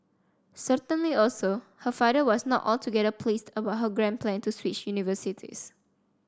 certainly also her father was not altogether pleased about her grand plan to switch universities